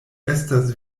estas